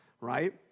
right